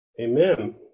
Amen